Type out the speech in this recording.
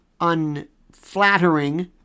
unflattering